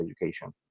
education